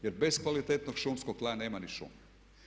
Jer bez kvalitetnog šumskog tla nema ni šuma.